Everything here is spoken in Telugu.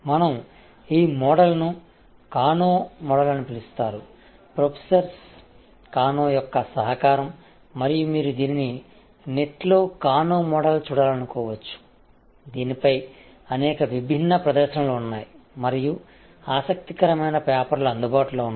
మనం ఈ మోడల్ను కానో మోడల్ అని పిలుస్తారు ప్రొఫెసర్స్ కానో యొక్క సహకారం మరియు మీరు దీనిని నెట్లో కానో మోడల్ చూడాలనుకోవచ్చు దీనిపై అనేక విభిన్న ప్రదర్శనలు ఉన్నాయి మరియు ఆసక్తికరమైన పేపర్లు అందుబాటులో ఉన్నాయి